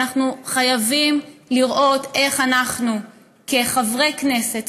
אנחנו חייבים לראות איך אנחנו כחברי כנסת,